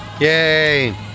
Yay